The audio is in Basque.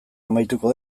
amaituko